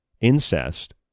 incest